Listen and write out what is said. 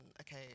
okay